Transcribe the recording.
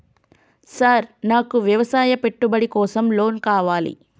Sir నాకు వ్యవసాయ పెట్టుబడి కోసం లోన్ కావాలి?